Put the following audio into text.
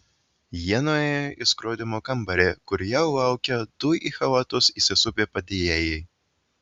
jie nuėjo į skrodimų kambarį kur jau laukė du į chalatus įsisupę padėjėjai